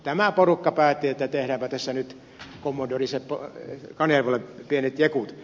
tämä porukka päätti että tehdäänpä tässä nyt kommodori seppo kanervalle pienet jekut